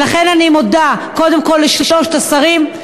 ולכן אני מודה קודם כול לשלושת השרים,